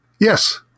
yes